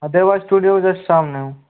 हाँ देवा स्टूडियो के जस्ट सामने हूँ